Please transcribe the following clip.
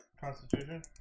Constitution